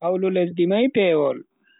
Hawlu lesdi mai pewol.